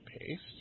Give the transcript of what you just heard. paste